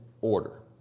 order